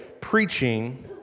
preaching